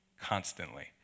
constantly